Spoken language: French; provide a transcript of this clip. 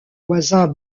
voisins